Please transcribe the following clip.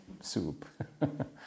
soup